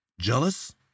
Jealous